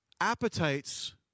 Appetites